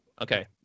Okay